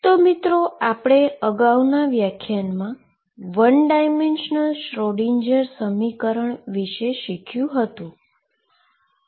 તો આપણે અગાઉના વ્યાખ્યાનમા 1 ડાઈમેન્શનલ શ્રોડિંજર સમીકરણ વિશે શીખ્યું હતું